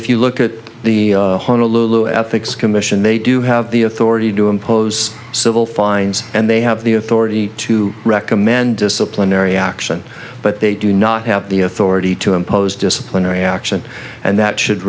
if you look at the honolulu ethics commission they do have the authority to impose civil fines and they have the authority to recommend disciplinary action but they do not have the authority to impose disciplinary action and that should